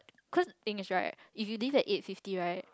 cause the thing is right if you leave at eight fifty right